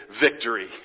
victory